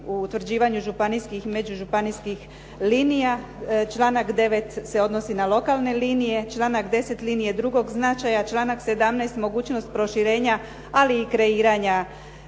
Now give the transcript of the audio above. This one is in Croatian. u utvrđivanju županijskih i međužupanijskih linija. Članak 9. se odnosi na lokalne linije, članak 10. linije drugog značaja, članak 17. mogućnost proširenja ali i kreiranja